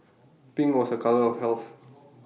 pink was A colour of health